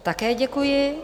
Také děkuji.